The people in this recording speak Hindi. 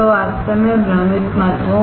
तो वास्तव में भ्रमित मत हो